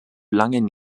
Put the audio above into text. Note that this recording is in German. langen